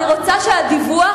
אני רוצה שהדיווח,